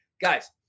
Guys